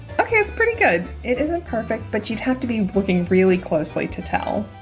okay it's pretty good it isn't perfect but you'd have to be looking really closely to tell